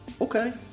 Okay